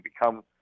become